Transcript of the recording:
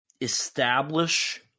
establish